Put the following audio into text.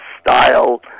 style